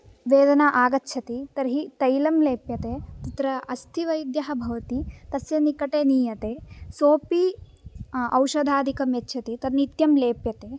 वेदना आगच्छति तर्हि तैलं लेप्यते तत्र अस्थिवैद्यः भवति तस्य निकटे नीयते सोपि औषधादिकम् यच्छति तत् नित्यं लेप्यते